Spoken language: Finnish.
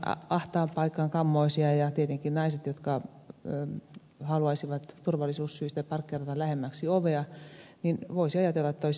onhan ahtaan paikan kammoisia ihmisiä ja tietenkin naisia jotka haluaisivat turvallisuussyistä parkkeerata lähemmäksi ovea joten voisi ajatella että olisi naisten parkkipaikkoja